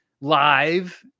live